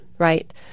Right